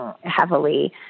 heavily